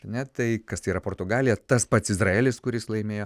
ne tai kas tai yra portugalija tas pats izraelis kuris laimėjo